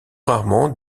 rarement